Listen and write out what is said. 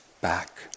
back